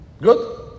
good